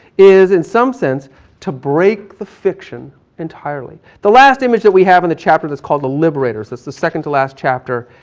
is in some sense to break the fiction entirely. the last image that we have in the chapter that's called, the liberators. that's the second to last chapter,